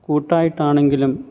കൂട്ടായിട്ടാണെങ്കിലും